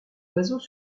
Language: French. oiseaux